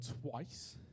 twice